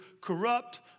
Corrupt